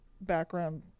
background